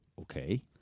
okay